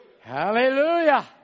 Hallelujah